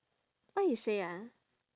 what he say ah